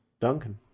Duncan